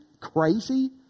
crazy